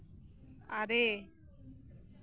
ᱟᱨᱮ